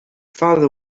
father